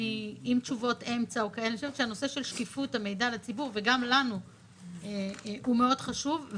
הנושא של שקיפות המידע לציבור גם לנו מאוד חשוב.